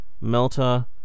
melter